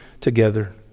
together